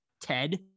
TED